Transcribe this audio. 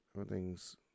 everything's